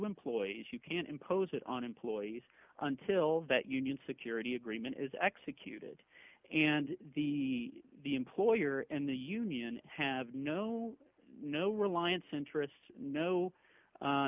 employees you can't impose it on employees until that union security agreement is execute and the the employer and the union have no no reliance interests no